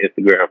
instagram